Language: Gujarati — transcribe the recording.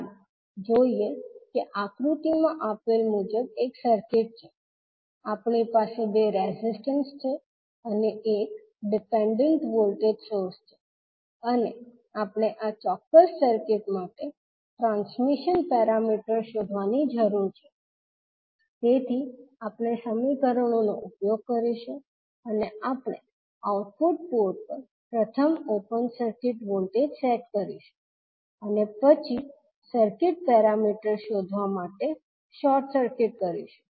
ચાલો જોઈએ કે આકૃતિમાં આપેલ મુજબ એક સર્કિટ છે આપણી પાસે બે રેઝિસ્ટન્સ છે અને એક ડિપેન્ડન્ટ વોલ્ટેજ સોર્સ છે અને આપણે આ ચોક્કસ સર્કિટ માટે ટ્રાન્સમિશન પેરામીટર્સ શોધવાની જરૂર છે તેથી આપણે સમીકરણો નો ઉપયોગ કરીશું અને આપણે આઉટપુટ પોર્ટ પર પ્રથમ ઓપન સર્કિટ વોલ્ટેજ સેટ કરીશું અને પછી સર્કિટ પેરામીટર્સ શોધવા માટે શોર્ટ સર્કિટ કરીશુ